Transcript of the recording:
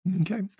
Okay